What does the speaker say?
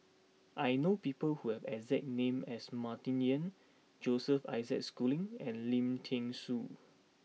I know people who have the exact name as Martin Yan Joseph Isaac Schooling and Lim Thean Soo